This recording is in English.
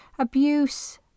Abuse